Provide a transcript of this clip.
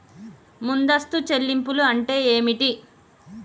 ముందస్తు చెల్లింపులు అంటే ఏమిటి?